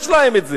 יש להם את זה.